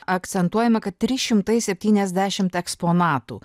akcentuojama kad trys šimtai septyniasdešimt eksponatų